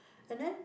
and then